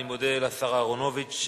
אני מודה לשר אהרונוביץ.